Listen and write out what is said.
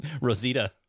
Rosita